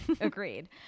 Agreed